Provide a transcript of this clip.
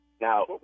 Now